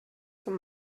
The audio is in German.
zum